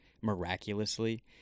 miraculously